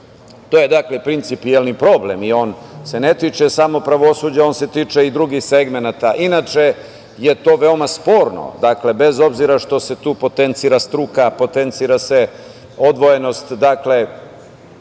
To je principijelni problem i on se ne tiče samo pravosuđa, on se tiče i drugih segmenata. Inače je to veoma sporno, bez obzira što se tu potencira struka, potencira se odvojenost ove